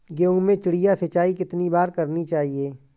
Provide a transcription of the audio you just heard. गेहूँ में चिड़िया सिंचाई कितनी बार करनी चाहिए?